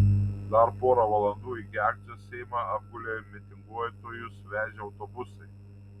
dar pora valandų iki akcijos seimą apgulė mitinguotojus vežę autobusai